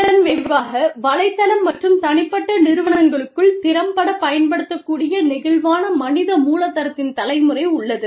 இதன் விளைவாக வலைத்தளம் மற்றும் தனிப்பட்ட நிறுவனங்களுக்குள் திறம்படப் பயன்படுத்தக்கூடிய நெகிழ்வான மனித மூலதனத்தின் தலைமுறை உள்ளது